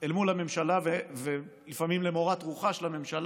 אל מול הממשלה, לפעמים למורת רוחה של הממשלה,